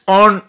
on